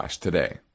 today